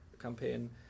campaign